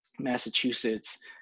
Massachusetts